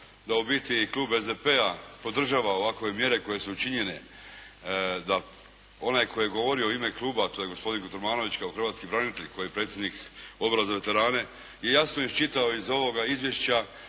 da ubiti Klub SDP-a podržava ovakve mjere koje su učinjene da onaj koji govorio u ime kluba, a to je gospodin Kotromanović kao hrvatski branitelj koji je predsjednik Odbora za veterane, i jasno je iščitao iz ovoga izvješća